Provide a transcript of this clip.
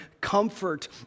comfort